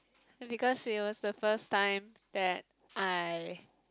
because it was the first time that I